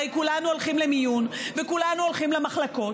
הרי כולנו הולכים למיון וכולנו הולכים למחלקות,